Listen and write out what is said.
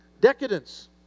decadence